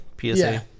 psa